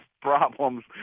problems